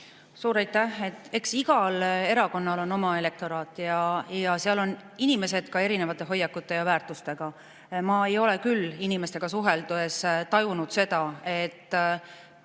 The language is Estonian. Suur aitäh! Eks igal erakonnal on oma elektoraat ja seal on inimesed ka erinevate hoiakute ja väärtustega. Ma ei ole küll inimestega suheldes tajunud seda, et